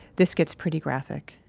this gets pretty graphic